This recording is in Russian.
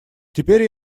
теперь